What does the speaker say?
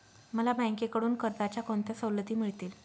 मला बँकेकडून कर्जाच्या कोणत्या सवलती मिळतील?